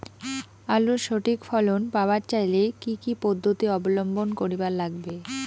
আলুর সঠিক ফলন পাবার চাইলে কি কি পদ্ধতি অবলম্বন করিবার লাগবে?